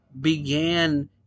began